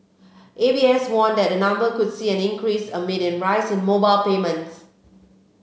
A B S warned that the number could see an increase amid a rise in mobile payments